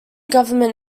government